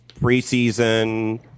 preseason